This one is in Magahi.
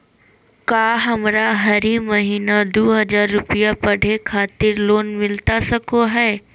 का हमरा हरी महीना दू हज़ार रुपया पढ़े खातिर लोन मिलता सको है?